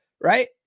right